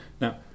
Now